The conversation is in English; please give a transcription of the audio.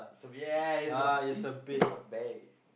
saly ya is a is is a bae